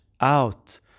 out